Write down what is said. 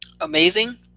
amazing